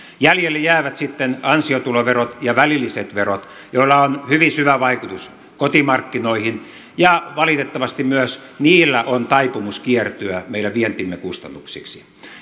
jäljelle jäävät sitten ansiotuloverot ja välilliset verot joilla on hyvin syvä vaikutus kotimarkkinoihin ja valitettavasti myös niillä on taipumus kiertyä meidän vientimme kustannuksiksi